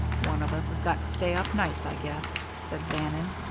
one of us has got to stay up nights, i guess, said bannon.